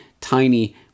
tiny